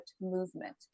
Movement